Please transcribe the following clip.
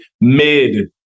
mid